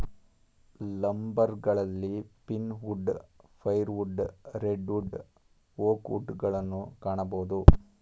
ಲಂಬರ್ಗಳಲ್ಲಿ pine wood, fire wood, red wood, oak wood ಗಳನ್ನು ಕಾಣಬೋದು